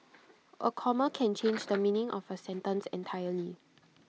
A comma can change the meaning of A sentence entirely